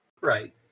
Right